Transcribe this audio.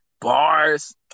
bars